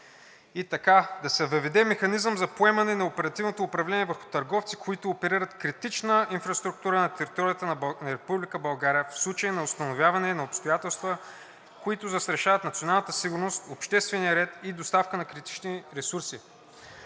И така: „Да се въведе механизъм за поемане на оперативното управление върху търговци, които оперират критична инфраструктура на територията на Република България, в случай на установяване на обстоятелства, които застрашават националната сигурност, обществения ред, и доставка на критични ресурси.“